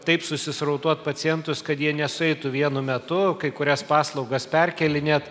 taip susisrautuot pacientus kad jie nesueitų vienu metu kai kurias paslaugas perkėlinėt